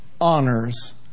honors